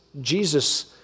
Jesus